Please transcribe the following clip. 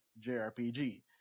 JRPG